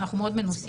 אנחנו מאוד מנוסים,